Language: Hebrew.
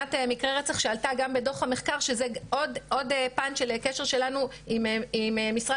לבחינת מקרי רצח שעלתה גם בדו"ח המחקר שזה עוד פן של קשר שלנו עם משרד